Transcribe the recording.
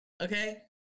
Okay